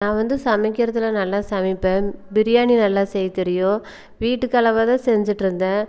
நான் வந்து சமைக்கிறதுல நல்லா சமைப்பேன் பிரியாணி நல்லா செய்யத் தெரியும் வீட்டுக்கு அளவாக தான் செஞ்சுட்ருந்தேன்